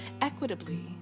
equitably